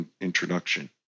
introduction